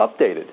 updated